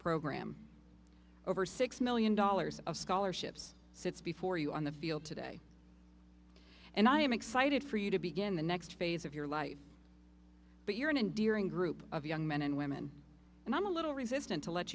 program over six million dollars of scholarships since before you on the field today and i am excited for you to begin the next phase of your life but you're an endearing group of young men and women and i'm a little resistant to let